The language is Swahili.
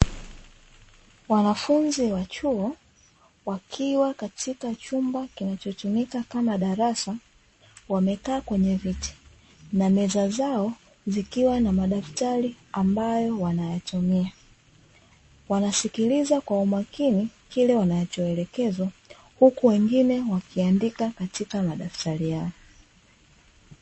Wanafunzi wa chuo wakiwa katika chumba kinachotumika kama darasa, wamekaa kwenye viti na meza zao zikiwa na madaftari ambayo wanayatumia, wanasikiliza kwa umakini kile wanachoelekezwa huku wengine wakiandika katika madaftari yao.